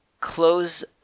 Close